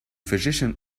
physician